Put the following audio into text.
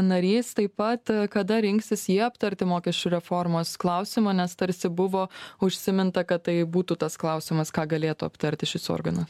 narys taip pat kada rinksis ji aptarti mokesčių reformos klausimą nes tarsi buvo užsiminta kad tai būtų tas klausimas ką galėtų aptarti šis organas